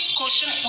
question